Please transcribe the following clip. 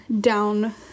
down